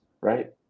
right